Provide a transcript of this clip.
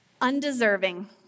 undeserving